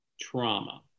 trauma